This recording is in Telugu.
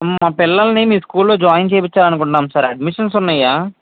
మా పిల్లల్ని మీ స్కూల్లో జాయిన్ చేపించాలనుకుంటున్నాం సార్ అడ్మిషన్స్ ఉన్నాయా